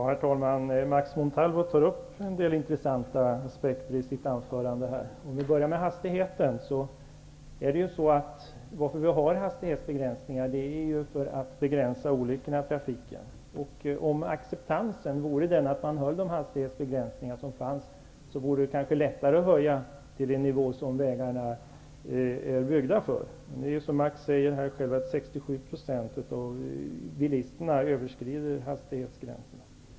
Herr talman! Max Montalvo tar upp en del intressanta aspekter i sitt anförande. Låt mig börja med frågan om hastighetsgränserna. Hastighetsbegränsningarna är ju till för att minska antalet olyckor i trafiken. Om hastighetsbegränsningarna vore så accepterade att bilisterna iakttog de hastighetsgränser som finns, vore det kanske lättare att höja dem till den nivå som vägarna är byggda för. Som Max Montalvo säger överskrider 67 % av bilisterna hastighetsgränserna.